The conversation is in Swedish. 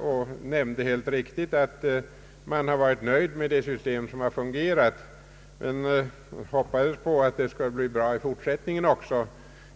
och nämnde helt riktigt att man har varit nöjd med det system som har fungerat, och han hoppades att det skulle bli bra i fortsättningen också.